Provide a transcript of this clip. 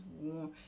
warm